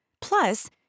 Plus